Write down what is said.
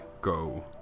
go